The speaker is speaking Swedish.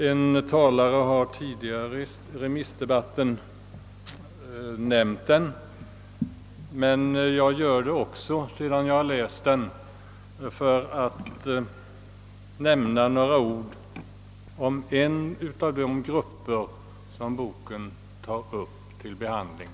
En talare har tidigare i remissdebatten nämnt den, men jag gör det också, sedan jag har läst den, för att säga några ord om de grupper som boken tar upp till behandling.